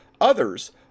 others